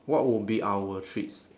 what would be our treats